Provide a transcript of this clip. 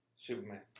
Superman